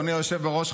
אדוני היושב בראש,